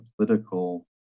political